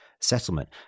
settlement